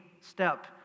step